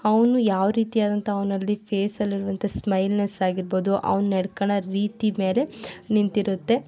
ಅವನು ಯಾವ ರೀತಿ ಆದಂತಹ ಅವನಲ್ಲಿ ಫೇಸಲಿರುವ ಸ್ಮೈಲ್ನೆಸ್ ಆಗಿರ್ಬೋದು ಅವನು ನಡ್ಕೊಳ್ಳೋ ರೀತಿ ಮೇಲೆ ನಿಂತಿರುತ್ತೆ